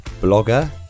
blogger